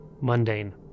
mundane